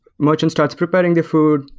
merchant starts preparing the food,